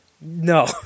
No